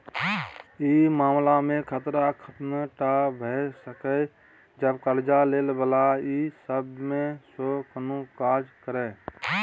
ई मामला में खतरा तखने टा भेय सकेए जब कर्जा लै बला ई सब में से कुनु काज करे